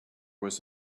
was